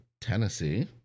Tennessee